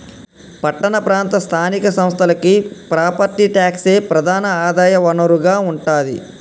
పట్టణ ప్రాంత స్థానిక సంస్థలకి ప్రాపర్టీ ట్యాక్సే ప్రధాన ఆదాయ వనరుగా ఉంటాది